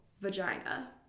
vagina